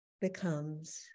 becomes